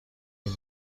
این